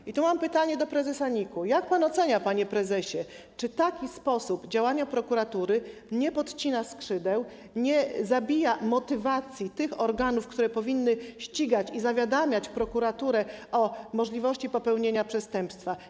I tu mam pytanie do prezesa NIK-u: Jak pan ocenia, panie prezesie, czy taki sposób działania prokuratury nie podcina skrzydeł, nie zabija motywacji tych organów, które powinny ścigać i zawiadamiać prokuraturę o możliwości popełnienia przestępstwa?